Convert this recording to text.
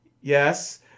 yes